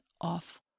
off